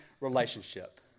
relationship